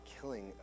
killing